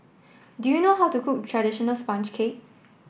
do you know how to cook traditional sponge cake